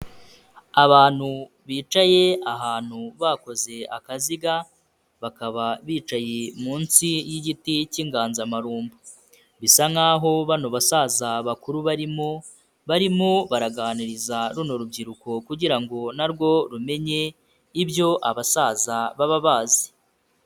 Abantu bicaye ahantu bakoze akaziga, bakaba bicaye munsi y'igiti cy'inganzamarumbo. Bisa nkaho bano basaza bakuru barimo, barimo baraganiriza runo rubyiruko kugira ngo na rwo rumenye ibyo abasaza baba bazi.